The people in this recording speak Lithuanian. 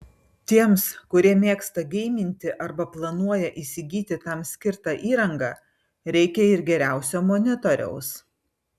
tiems kurie mėgsta geiminti arba planuoja įsigyti tam skirtą įrangą reikia ir geriausio monitoriaus